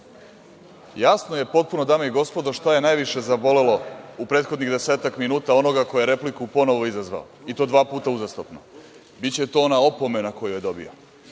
je potpuno, dame i gospodo, šta je najviše zabolelo u prethodnih desetak minuta onoga ko je repliku ponovo izazvao, i to dva puta uzastopno. Biće to ona opomena koju je dobio.